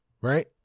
right